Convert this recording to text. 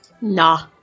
Nah